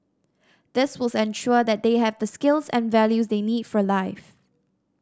this will ensure they have the skills and values they need for life